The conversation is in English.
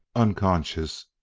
unconscious,